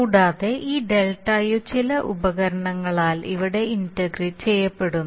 കൂടാതെ ഈ ΔU ചില ഉപകരണങ്ങളാൽ ഇവിടെ ഇന്റഗ്രേറ്റ് ചെയ്യപ്പെടുന്നു